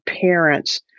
parents